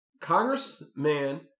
congressman